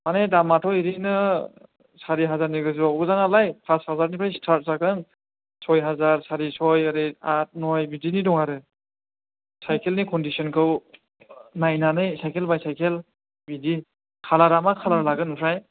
माने दामाथ' ओरैनो सारि हाजारनि गोजौआव गोजा नालाय फास हाजारनिफ्राय स्टार्ट जागोन सय हाजार सारिसय ओरै आद नय बिदिनि दं आरो साइकेलनि कन्दिसनखौ नायनानै साइकेल बाय साइकेल बिदि खालारा मा खालार लागोन ओमफ्राय